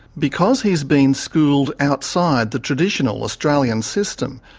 because he's been schooled outside the traditional australian system,